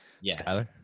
Yes